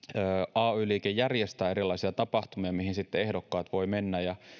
ay liike järjestää erilaisia tapahtumia joihin sitten ehdokkaat voivat mennä